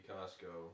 Costco